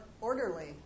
orderly